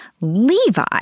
Levi